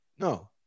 No